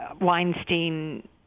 Weinstein